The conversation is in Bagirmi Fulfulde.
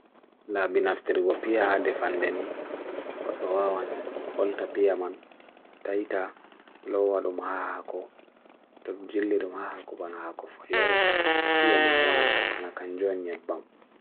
La binaf terewopia adefan deni, kot lawa wan bolta pia man, taita lawa dumaha ako, dubjili dumaha ako bana ako fulere, pia man onan kapana kanjo nyabam.